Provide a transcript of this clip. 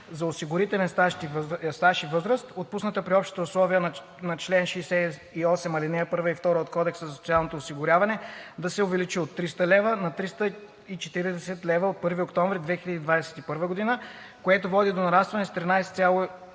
за осигурителен стаж и възраст, отпусната при общите условия на чл. 68, ал. 1 и 2 от Кодекса за социално осигуряване, да се увеличи от 300 лв. на 340 лв. от 1 октомври 2021 г., което води до нарастване с 13,3 на